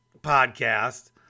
podcast